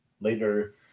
later